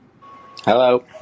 Hello